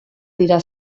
dira